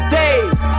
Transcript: days